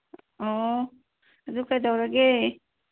ꯑꯣ ꯑꯗꯨ ꯀꯩꯗꯧꯔꯒꯦ